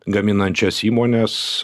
gaminančias įmones